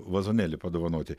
vazonėlį padovanoti